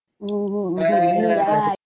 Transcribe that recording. mmhmm mmhmm mmhmm you are right